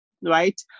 right